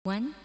One